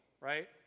right